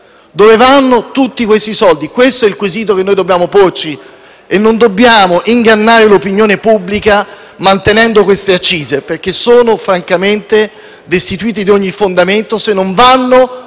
Dove vanno tutti questi soldi? Questo è il quesito che noi dobbiamo porci. Non dobbiamo ingannare l'opinione pubblica mantenendo queste accise, perché sono francamente destituite di ogni fondamento, se non vanno